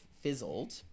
Fizzled